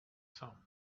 some